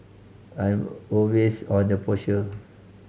I'm always on the partial